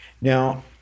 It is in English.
Now